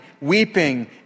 weeping